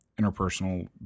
interpersonal